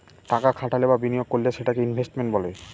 টাকা খাটালে বা বিনিয়োগ করলে সেটাকে ইনভেস্টমেন্ট বলে